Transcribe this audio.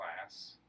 class